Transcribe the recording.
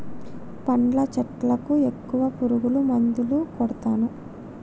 పండ్ల చెట్లకు ఎక్కువ పురుగు మందులు కొడుతాన్రు